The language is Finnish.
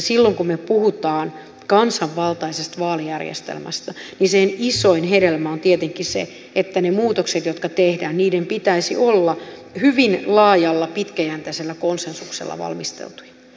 silloin kun me puhumme kansanvaltaisesta vaalijärjestelmästä niin sen isoin hedelmä on tietenkin se että niiden muutosten jotka tehdään pitäisi olla hyvin laajalla pitkäjänteisellä konsensuksella valmisteltuja